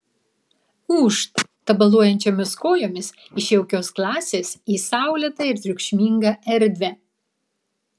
ūžt tabaluojančiomis kojomis iš jaukios klasės į saulėtą ir triukšmingą erdvę